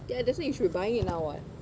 ya that's why you should be buying it now [what]